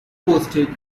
posted